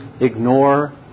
ignore